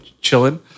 chilling